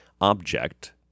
object